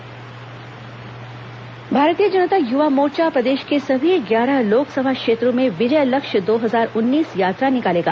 भाजयुमो बैठक भारतीय जनता युवा मोर्चा प्रदेश के सभी ग्यारह लोकसभा क्षेत्रों में विजय लक्ष्य दो हजार उन्नीस यात्रा निकालेगा